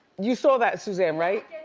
you saw that suzanne, right?